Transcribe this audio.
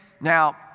Now